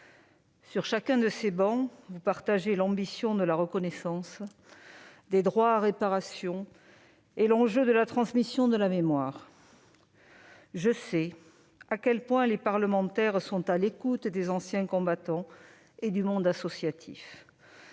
Sur chacune de ces travées, vous partagez l'ambition de la reconnaissance, des droits à réparation et l'enjeu de la transmission de la mémoire. Je sais à quel point les parlementaires sont à l'écoute des anciens combattants et du monde associatif.